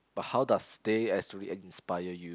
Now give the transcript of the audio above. but how does they actually inspire you